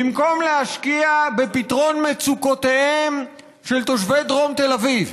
במקום להשקיע בפתרון מצוקותיהם של תושבי דרום תל אביב,